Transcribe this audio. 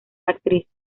actriz